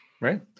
right